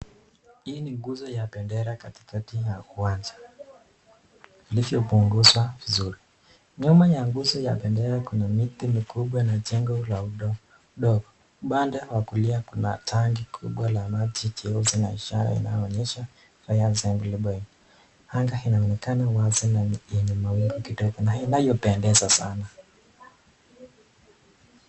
Hii ni nguzo ya bendera katikati ya uwanja, ilivyopunguzwa vizuri. Nyuma ya nguzo ya bendera kuna miti mikubwa na jengo la udongo, upande wa kulia kuna tanki kubwa la maji jeusi na ishara inayoonesha Fire assembly point . Anga inaonekana wazi na yenye mawingu kidogo na inayopendeza sana.